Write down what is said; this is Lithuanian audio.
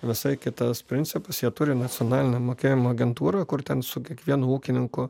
visai kitas principas jie turi nacionalinę mokėjimo agentūrą kur ten su kiekvienu ūkininku